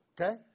Okay